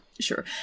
sure